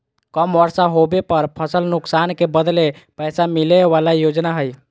कम बर्षा होबे पर फसल नुकसान के बदले पैसा मिले बला योजना हइ